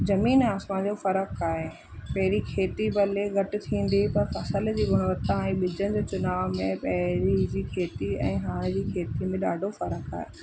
ज़मीन आसमान जो फ़र्क़ु आहे पहिरीं खेती भले घटि थींदी हुई पर फ़सल जी गुणवत्ता ऐं ॿीजनि जो चुनाव में पहिरीं जी खेती ऐं हाणे जी खेती में ॾाढो फ़र्क़ु आ हे